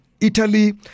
Italy